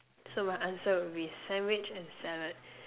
so my answer would be sandwich and salad